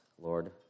Lord